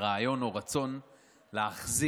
מרעיון או רצון להחזיר,